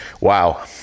Wow